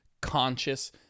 conscious